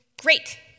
Great